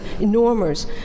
enormous